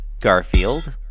Garfield